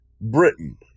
Britain